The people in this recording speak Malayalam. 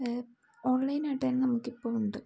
ഓൺലൈനായിട്ടുതന്നെ നമുക്കിപ്പോൾ ഉണ്ട്